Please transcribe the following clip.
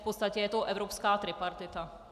V podstatě je to evropská tripartita.